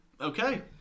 Okay